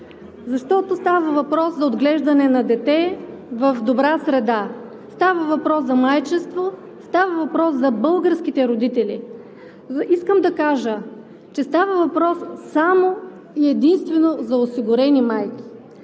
Защото става въпрос за отглеждане на дете в добра среда. Става въпрос за майчинство, става въпрос за българските родители. Искам да кажа, че става въпрос само и единствено за осигурени майки.